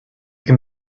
can